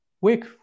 week